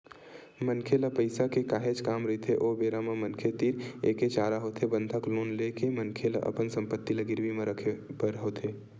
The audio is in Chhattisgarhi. मनखे ल पइसा के काहेच काम रहिथे ओ बेरा म मनखे तीर एके चारा होथे बंधक लोन ले के मनखे ल अपन संपत्ति ल गिरवी म रखे बर होथे